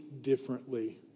differently